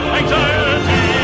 anxiety